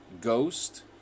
Ghost